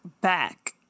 back